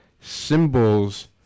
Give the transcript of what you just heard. symbols